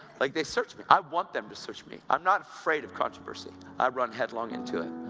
like they search me. i want them to search me. i'm not afraid of controversy i run headlong into it.